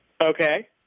Okay